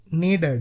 needed